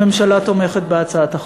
הממשלה תומכת בהצעת החוק.